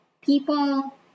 people